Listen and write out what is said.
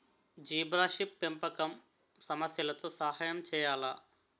Zebrafish పెంపకం సమస్యలతో సహాయం చేయాలా?